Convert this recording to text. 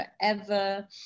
forever